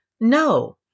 No